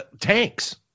tanks